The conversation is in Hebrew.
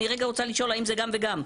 אני רגע רוצה לשאול האם זה גם וגם,